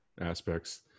Aspects